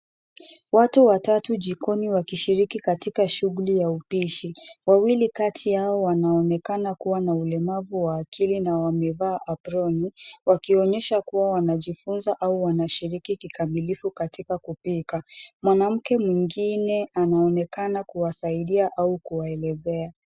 Watu watatu jikoni wakishiriki katika shughuli ya upishi. Wawili kati yao wanaonekana kuwa na ulemavu wa akili na wamevaa aproni, wakionyesha kuwa wanajifunza au wanashiriki kikamilifu katika kupika. Mwanamke mwingine anaonekana kuwasaidia au kuwaelezea.